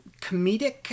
comedic